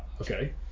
Okay